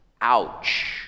Ouch